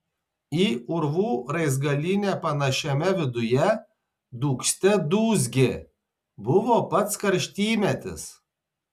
į urvų raizgalynę panašiame viduje dūgzte dūzgė buvo pats karštymetis